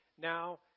now